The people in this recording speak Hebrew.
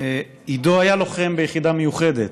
עידו היה לוחם ביחידה מיוחדת,